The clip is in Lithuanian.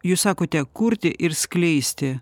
jūs sakote kurti ir skleisti